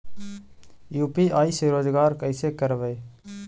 UPI से रोजगार कैसे करबय?